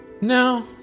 no